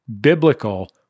Biblical